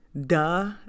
duh